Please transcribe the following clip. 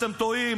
אתם טועים.